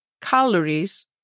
calories